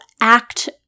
act